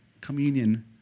communion